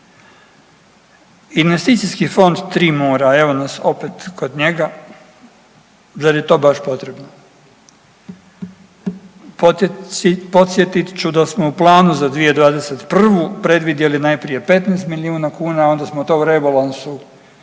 Investicijski fond tri mora, evo nas opet kod njega, zar je to baš potrebno? Podsjetit ću da smo u planu za 2021. predvidjeli najprije 15 milijuna kuna, a onda smo to u rebalansu